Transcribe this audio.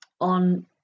on